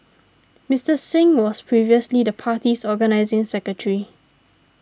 Mister Singh was previously the party's organising secretary